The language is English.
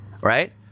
right